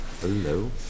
Hello